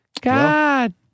God